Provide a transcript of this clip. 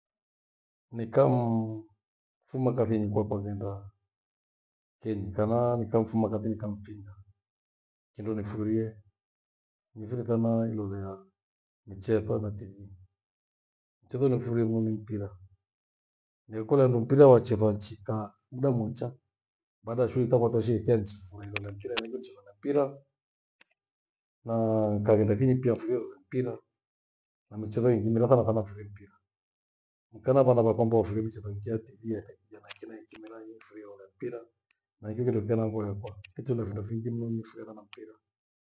Nikafuma kathinyi kwaka ghenda kenyi. Kana nikafuma kathini nikamfinga kindo nifurie nimfire sana ilolera michetho na Tv. Mchetho niufurie mnu ni mpira, nikolia handu mpira wachethwa nichikaa muda mwecha. Baada ya shughuli takwa toshe, nikae nichololea mpira nichirorea mpira. Na nikaghneda kenyi nikifirorera mpira na michetho ingi ila sana sana niifurie mpira. Nikaa na vana vyakwambo wafurie michezo ingi ya Tv hekina kina hekina mfiriore mpira na hiki ndokindo hangu yakwa hicho ndo findo fingi niifurie sana mpira.